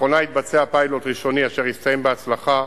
לאחרונה התבצע פיילוט ראשוני, אשר הסתיים בהצלחה,